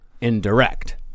indirect